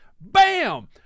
Bam